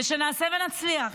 ושנעשה ונצליח.